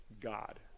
God